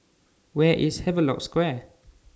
Where IS Havelock Square